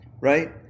right